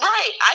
Right